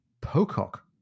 Pocock